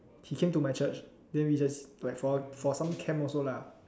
he came to my church then we just like for for some camp also lah